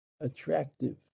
attractive